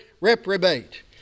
reprobate